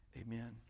Amen